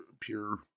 pure